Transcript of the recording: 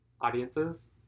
audiences